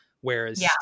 whereas